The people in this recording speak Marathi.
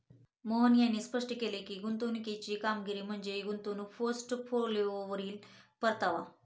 मोहन यांनी स्पष्ट केले की, गुंतवणुकीची कामगिरी म्हणजे गुंतवणूक पोर्टफोलिओवरील परतावा